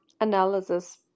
Analysis